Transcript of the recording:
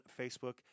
Facebook